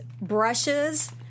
brushes